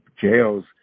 jails